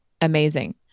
amazing